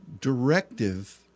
directive